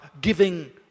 giving